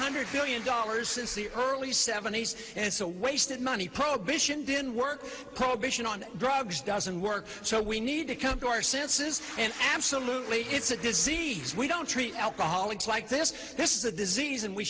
hundred billion dollars since the early seventies it's a waste of money prohibition didn't work prohibition on drugs doesn't work so we need to come to our senses and absolutely it's a disease we don't treat alcoholics like this this is a disease and we